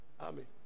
Amen